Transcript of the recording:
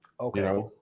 Okay